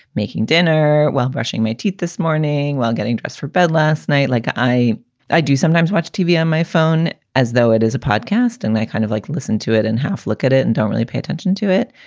making dinner while brushing my teeth this morning while getting dressed for bed last night. like i i do sometimes watch tv on my phone as though it is a podcast and i kind of like listen to it and half look at it and don't really pay attention to it.